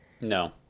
No